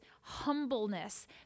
humbleness